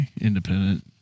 independent